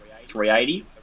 380